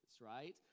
right